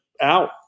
out